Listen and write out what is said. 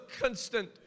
constant